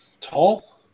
Tall